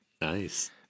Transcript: Nice